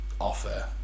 offer